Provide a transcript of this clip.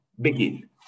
begin